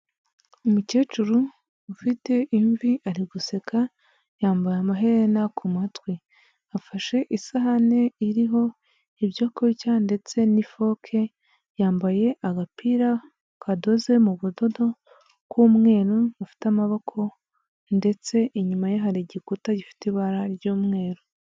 Umukecuru ufite imvi ari guseka yambaye amaherena ku matwi afashe isahani iriho ibyo kurya ndetse n'ifoke yambaye agapira kadoze mu budodo bw'umweru, bufite amaboko ndetse inyuma ye hari igikuta gifite ibara ry'umweru.